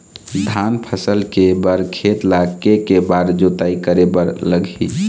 धान फसल के बर खेत ला के के बार जोताई करे बर लगही?